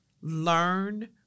learn